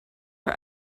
are